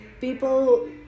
people